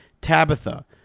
tabitha